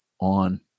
on